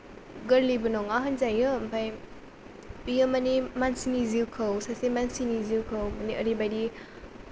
गोरलैबो नङा होनजायो ओमफाय बियो माने मानसिनि जिउखौ सासे मानसिनि जिउखौ ओरैबादि